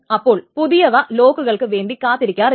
അപ്പോൾ പുതിയവ ലോക്കുകൾക്ക് വേണ്ടി കാത്തിരിക്കാറില്ല